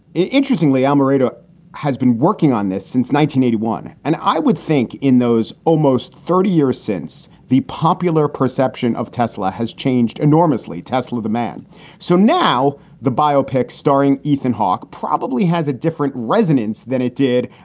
interestingly, almereyda has been working on this since nineteen eighty one. and i would think in those almost thirty years since the popular perception of tesla has changed enormously. tesla the man so now the biopic starring ethan hawke, probably has a different resonance than it did.